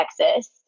Texas